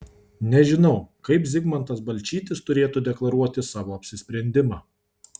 nežinau kaip zigmantas balčytis turėtų deklaruoti savo apsisprendimą